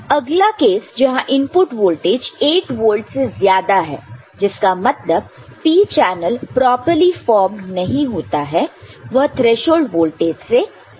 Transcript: अगला केस जहां input voltage 8 volt से ज्यादा है जिसका मतलब p चैनल प्रॉपरली फॉर्म नहीं होता है वह थ्रेशोल्ड वोल्टेज से कम है